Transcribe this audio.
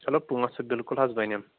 چلو پوٚنٛسہٕ بِلکُل حظ بنیٚن